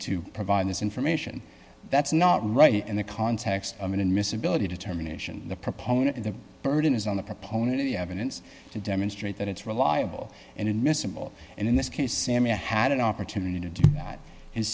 to provide this information that's not right in the context and in miss ability to terminations the proponent the burden is on the proponent of the evidence to demonstrate that it's reliable and admissible and in this case sammy i had an opportunity to do that and